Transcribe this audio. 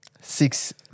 Six